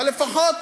אבל לפחות,